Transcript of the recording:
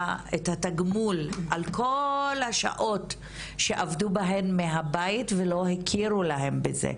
את התגמול על כל השעות שעבדו בהן מהבית ולא הכירו להן בזה,